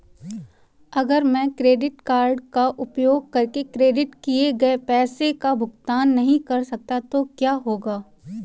अगर मैं credit card का उपयोग करके क्रेडिट किए गए पैसे का भुगतान नहीं कर सकता तो क्या होगा?